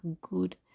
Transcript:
good